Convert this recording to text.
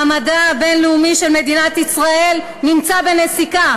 מעמדה הבין-לאומי של מדינת ישראל נמצא בנסיקה.